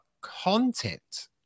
content